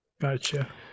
Gotcha